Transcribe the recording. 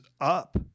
up